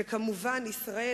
וכמובן ישראל,